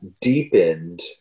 deepened